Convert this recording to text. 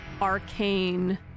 arcane